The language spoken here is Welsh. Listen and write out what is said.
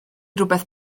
rywbeth